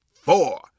four